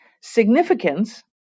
significance